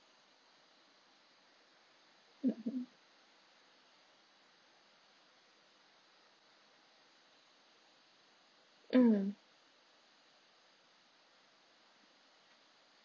mmhmm mm